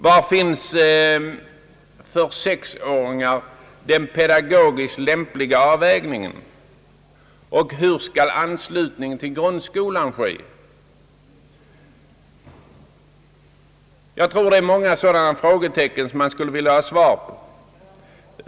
Vad är den pedagogiskt lämpliga avvägningen för 6-åringar, och hur skall anslutningen till grundskolan ske? Det är många sådana frågor som man skulle vilja ha svar på.